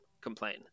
complain